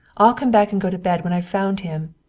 i'll come back and go to bed when i've found him.